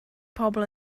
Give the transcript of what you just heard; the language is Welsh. pobl